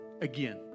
again